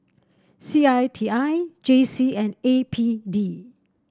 C I T I J C and A P D